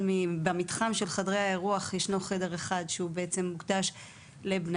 במתחם של חדרי האירוח ישנו חדר אחד שהוא בעצם מוקדש לבניה.